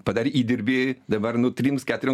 padarė įdirbį dabar nu trims keturioms